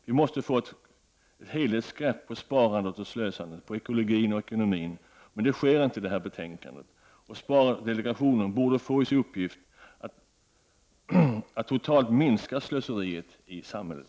Vi måste få ett helhetsgrepp på sparandet och slösandet, på ekologi och ekonomi. Men det sker inte i detta betänkande. Spardelegationen borde få i uppgift att totalt minska slöseriet i samhället.